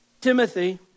Timothy